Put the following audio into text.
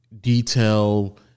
detail